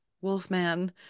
wolfman